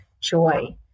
joy